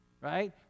right